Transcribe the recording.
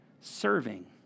Serving